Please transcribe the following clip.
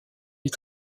les